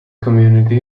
community